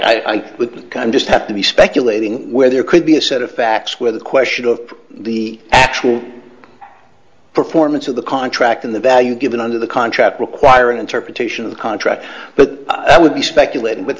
come just have to be speculating where there could be a set of facts where the question of the actual performance of the contract in the value given under the contract requiring interpretation of the contract but i would be speculating with